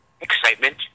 excitement